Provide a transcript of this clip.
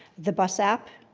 the bus app,